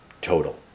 total